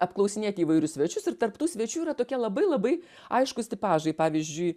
apklausinėti įvairius svečius ir tarp tų svečių yra tokie labai labai aiškūs tipažai pavyzdžiui